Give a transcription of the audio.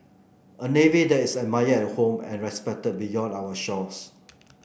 a navy that is admired at home and respected beyond our shores